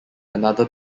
another